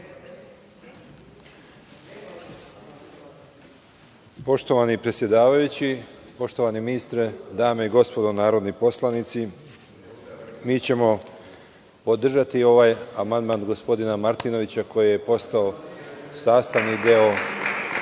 Poštovani predsedavajući, poštovani ministre, dame i gospodo narodni poslanici, mi ćemo podržati ovaj amandman gospodina Martinovića, koji je postao sastavni deo